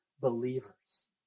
believers